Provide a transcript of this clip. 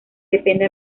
depende